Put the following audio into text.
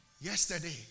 Yesterday